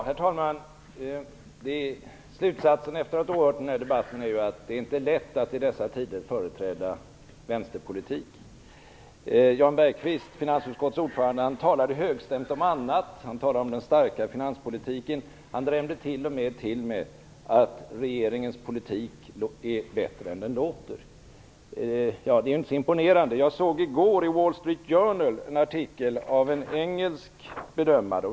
Herr talman! Slutsatsen efter att ha åhört debatten är att det inte är lätt att i dessa tider företräda vänsterpolitik. Jan Bergqvist, finansutskottets ordförande, talade högstämmigt om allt annat, om den starka finanspolitiken. Han drämde t.o.m. till med att regeringens politik är bättre än den låter. Det är inte så imponerande. Jag såg i går i Wall Street Journal en artikel av en engelsk bedömare.